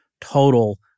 total